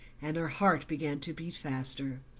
and her heart began to beat faster.